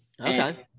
Okay